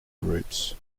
groups